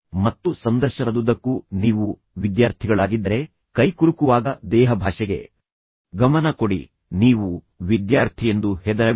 ಮತ್ತು ಸಂದರ್ಶನದುದ್ದಕ್ಕೂ ನೀವು ವಿದ್ಯಾರ್ಥಿಗಳಾಗಿದ್ದರೆ ಕೈಕುಲುಕುವಾಗ ದೇಹಭಾಷೆಗೆ ಗಮನ ಕೊಡಿ ನೀವು ವಿದ್ಯಾರ್ಥಿ ಎಂದು ಹೆದರಬೇಡಿ